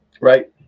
Right